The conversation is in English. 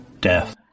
death